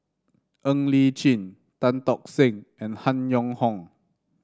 Ng Li Chin Tan Tock Seng and Han Yong Hong